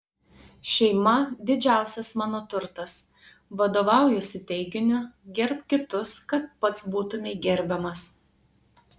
šeima didžiausias mano turtas vadovaujuosi teiginiu gerbk kitus kad pats būtumei gerbiamas